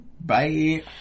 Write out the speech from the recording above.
Bye